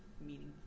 meaningful